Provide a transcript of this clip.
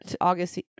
August